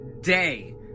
day